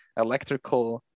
electrical